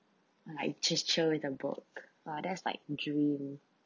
like just chill with a book !wah! that's like dream